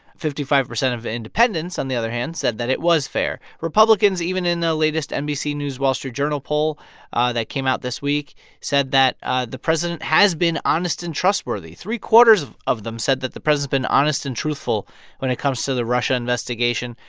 fifty-five percent of independents, on the other hand, said that it was fair republicans even in the latest nbc news news wall street journal poll that came out this week said that ah the president has been honest and trustworthy. three-quarters of them said that the president's been honest and truthful when it comes to the russia investigation.